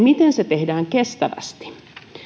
miten se tehdään kestävästi